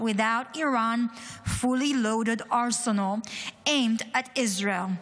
without Iran’s fully loaded arsenal aimed at Israel.